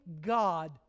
God